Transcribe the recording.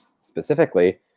specifically